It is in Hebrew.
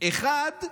אחד,